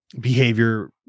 behavior